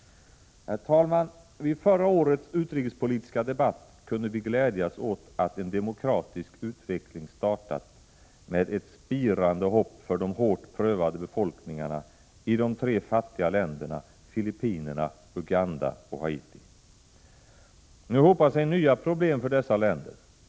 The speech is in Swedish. Herr talman! Vid förra årets utrikespolitiska debatt kunde vi glädjas åt att en demokratisk utveckling startat med ett spirande hopp för de hårt prövade befolkningarna i de tre fattiga länderna Filippinerna, Uganda och Haiti. Nu hopar sig nya problem över dessa länder.